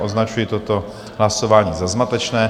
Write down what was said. Označuji toto hlasování za zmatečné.